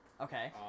Okay